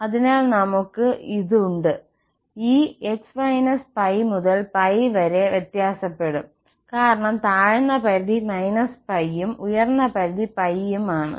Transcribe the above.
അതിനാൽ നമ്മൾക്ക് e 1−¿ x1−¿ ഉണ്ട് ഈ x −π മുതൽ π വരെ വ്യത്യാസപ്പെടും കാരണം താഴ്ന്ന പരിധി −π ഉം ഉയർന്ന പരിധി π ഉം ആണ്